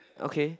okay